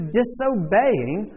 disobeying